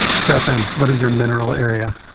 stefan, what is your mineral area?